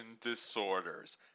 Disorders—